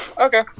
Okay